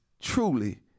truly